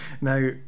Now